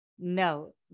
no